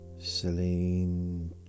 Celine